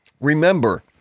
Remember